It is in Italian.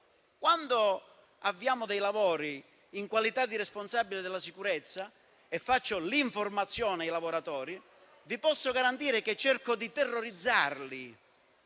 Quando avvio lavori in qualità di responsabile della sicurezza e faccio l'informazione ai lavoratori, vi posso garantire che cerco di terrorizzarli.